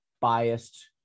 biased